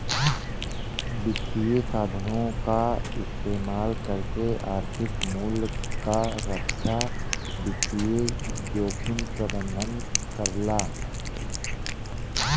वित्तीय साधनों क इस्तेमाल करके आर्थिक मूल्य क रक्षा वित्तीय जोखिम प्रबंधन करला